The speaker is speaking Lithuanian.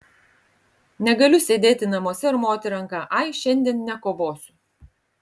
negaliu sėdėti namuose ir moti ranka ai šiandien nekovosiu